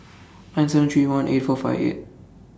nine seven three one eight four five eight